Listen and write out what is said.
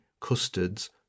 custards